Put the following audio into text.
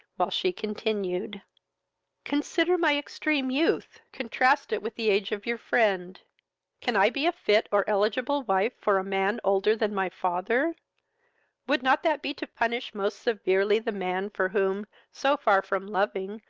while she continued consider my extreme youth contrast it with the age of your friend can i be a fit or eligible wife for a man older than my father would not that be to punish most severely the man for whom, so far from loving,